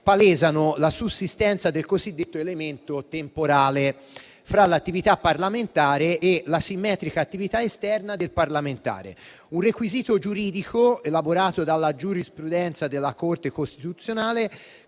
palesano la sussistenza del cosiddetto elemento temporale fra l'attività parlamentare e la simmetrica attività esterna del parlamentare: un requisito giuridico, elaborato dalla giurisprudenza della Corte costituzionale,